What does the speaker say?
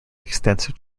extensive